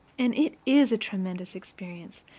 and it is a tremendous experience,